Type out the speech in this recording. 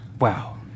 Wow